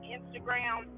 Instagram